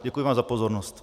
Děkuji vám za pozornost.